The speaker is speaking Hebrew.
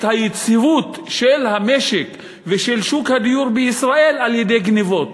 היציבות של המשק ושל שוק הדיור בישראל על-ידי גנבות?